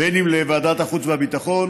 בין אם לוועדת החוץ והביטחון,